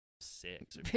six